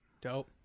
Dope